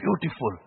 beautiful